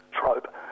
trope